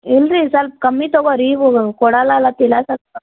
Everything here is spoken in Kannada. ಇಲ್ಲ ರೀ ಸ್ವಲ್ಪ ಕಮ್ಮಿ ತಗೋ ರೀ ಹೋಗಿ ಕೊಡಲಾಲ್ ಹತ್ತಿಲ್ಲ ಸೊಲ್ಪ